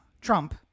Trump